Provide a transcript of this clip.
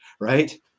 right